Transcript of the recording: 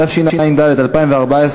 התשע"ד 2014,